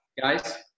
guys